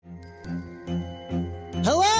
Hello